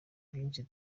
byinshi